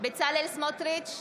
בצלאל סמוטריץ'